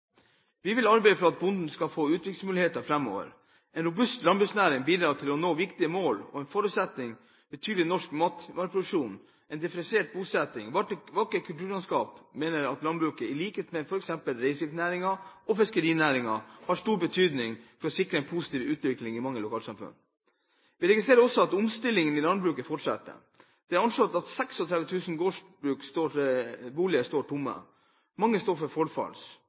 Vi vil arbeide for at bonden skal få utviklingsmuligheter framover. En robust landbruksnæring bidrar til å nå viktige mål om en fortsatt betydelig norsk matvareproduksjon, differensiert bosetting og vakkert kulturlandskap. Vi mener at landbruket, i likhet med f.eks. reiselivsnæringen og fiskerinæringen, har stor betydning for å sikre en positiv utvikling i mange lokalsamfunn. Vi registrerer at omstillingen i landbruket fortsetter. Det er anslått at 36 000 gårdsbruk med bolig står tomme, mange står til forfalls.